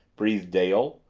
breathed dale.